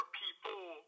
people